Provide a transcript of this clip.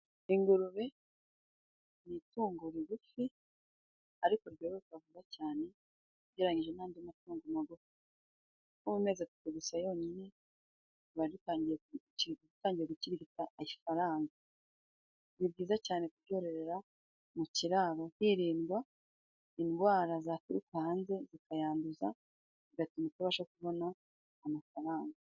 Ingurube ni itungo rigufi ariko ryororoka vuba cyane ugereranyije n'andi matungo magufi. Nko mu mezi atatu gusa yonyine, uba utangiye gukirikita amafaranga. Ni byiza cyane kuryororera mu kiraro hirindwa indwara zaturuka hanze zikayanduza, bigatuma utabasha kubona amafaranga.